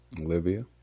Olivia